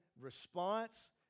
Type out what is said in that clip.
response